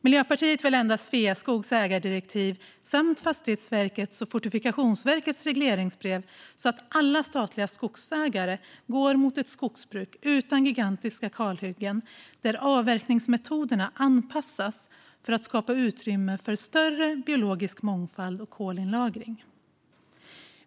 Miljöpartiet vill ändra Sveaskogs ägardirektiv samt Fastighetsverkets och Fortifikationsverkets regleringsbrev så att alla statliga skogsägare går mot ett skogsbruk utan gigantiska kalhyggen där avverkningsmetoderna anpassas för att skapa utrymme för större biologisk mångfald och kolinlagring.